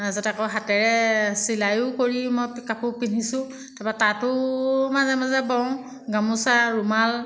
তাৰপিছত আকৌ হাতেৰে চিলায়ো কৰি মই কাপোৰ পিন্ধিছোঁ তাৰপৰা তাঁতো মাজে মাজে বওঁ গামোচা ৰুমাল